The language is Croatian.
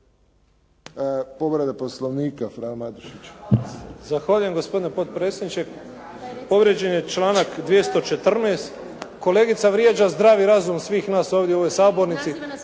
Povrijeđen je članak 214. Kolegica vrijeđa zdravi razum svih nas ovdje u ovoj sabornici